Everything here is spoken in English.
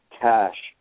cash